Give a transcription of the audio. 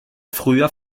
früher